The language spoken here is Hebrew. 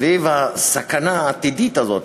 סביב הסכנה העתידית הזאת,